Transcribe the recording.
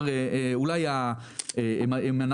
שאולי הם אנכרוניסטיים.